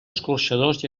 escorxadors